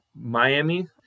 Miami